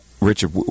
Richard